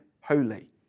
holy